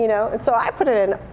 you know and so i put it in,